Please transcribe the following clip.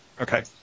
Okay